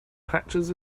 patches